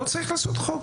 לא צריך לעשות חוק,